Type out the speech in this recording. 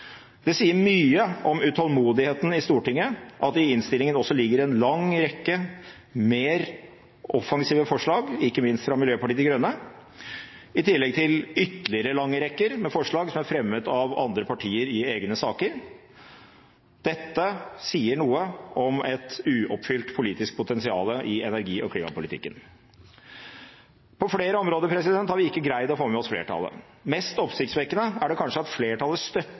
Det sier mye om utålmodigheten i Stortinget at det i innstillingen også ligger en lang rekke mer offensive forslag, ikke minst fra Miljøpartiet De Grønne, i tillegg til ytterligere lange rekker med forslag som er fremmet av andre partier i egne saker. Dette sier noe om et uoppfylt politisk potensial i energi- og klimapolitikken. På flere områder har vi ikke greid å få med oss flertallet. Mest oppsiktsvekkende er det kanskje at flertallet støtter